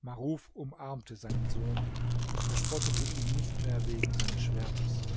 maruf umarmte seinen sohn und verspottete ihn nicht mehr wegen seines schwertes